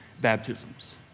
baptisms